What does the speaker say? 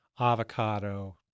avocado